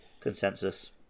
consensus